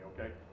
okay